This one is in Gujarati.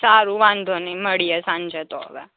સારું વાંધોનઈ મડીએ સાંજે તો હવે